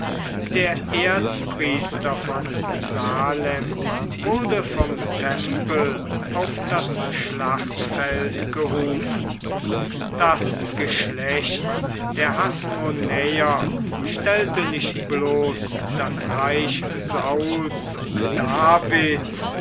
der erzpriester von salem wurde vom tempel auf das schlachtfeld gerufen das geschlecht der hasmonäer stellte nicht bloß das reich sauls und davids